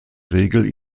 regel